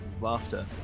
laughter